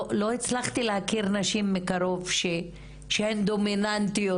לא הצלחתי להכיר נשים מקרוב שהן דומיננטיות